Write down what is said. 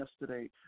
yesterday